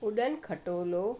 उडनि खटोलो